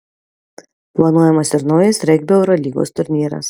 planuojamas ir naujas regbio eurolygos turnyras